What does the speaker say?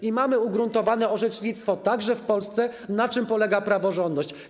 I mamy ugruntowane orzecznictwo, także w Polsce, na czym polega praworządność.